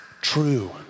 true